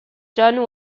john